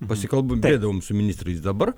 pasikalbubėdavom su ministrais dabar